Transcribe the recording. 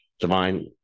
divine